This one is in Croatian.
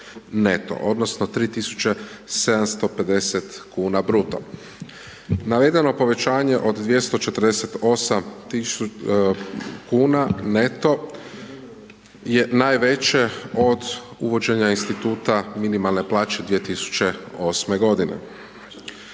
donosno 3750 kuna bruto. Navedeno povećanje od 248 kuna neto je najveće od uvođenja instituta minimalne plaće 2008. g.